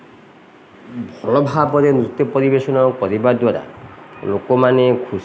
ଭଲ ଭାବରେ ନୃତ୍ୟ ପରିବେଷଣ କରିବା ଦ୍ୱାରା ଲୋକମାନେ ଖୁସି ହୁଅନ୍ତି